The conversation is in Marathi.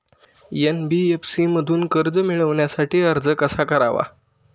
एन.बी.एफ.सी मधून कर्ज मिळवण्यासाठी अर्ज कसा करावा?